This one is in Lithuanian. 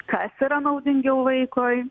kas yra naudingiau vaikui